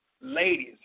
Ladies